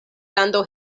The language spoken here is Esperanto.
lando